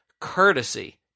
courtesy